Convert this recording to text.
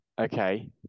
Okay